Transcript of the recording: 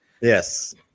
Yes